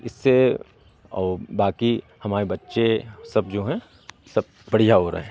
इससे और बाकी हमारे बच्चे हम सब जो हैं सब बढ़िया हो रहे हैं